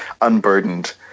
unburdened